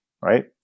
right